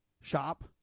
shop